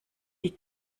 die